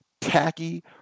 tacky